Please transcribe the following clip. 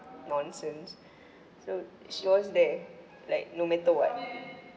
nonsense so she always there like no matter what